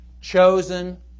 chosen